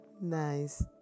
Nice